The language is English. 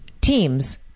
teams